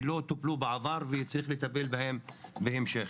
שלא טופלו בעבר וצריך לטפל בהם בהמשך.